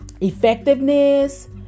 effectiveness